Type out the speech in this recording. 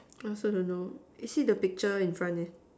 I also don't know you see the picture in front there